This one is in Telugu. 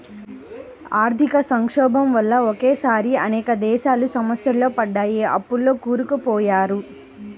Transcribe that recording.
ఆర్థిక సంక్షోభం వల్ల ఒకేసారి అనేక దేశాలు సమస్యల్లో పడ్డాయి, అప్పుల్లో కూరుకుపోయారు